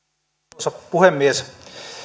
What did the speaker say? arvoisa puhemies